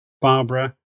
Barbara